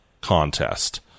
contest